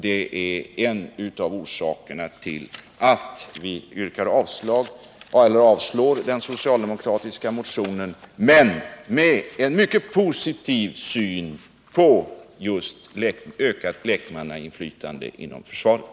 Den uppfattningen är en av orsakerna till att vi avstyrker den socialdemokratiska motionen — men med en mycket positiv syn på ökat lekmannainflytande inom försvaret.